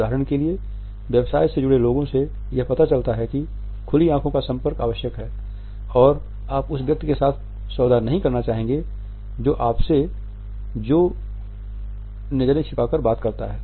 उदाहरण के लिए व्यवसाय से जुड़े लोगों से यह पता चलता है कि खुली आंखों का संपर्क आवश्यक है और आप उस व्यक्ति के साथ सौदा नहीं करना चाहेंगे जो आपसे जो आपसे नज़रें छिपाकर बात करता है